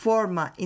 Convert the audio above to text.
Forma